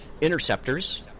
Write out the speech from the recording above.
Interceptors